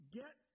get